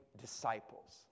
disciples